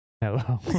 Hello